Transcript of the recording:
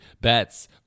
Bats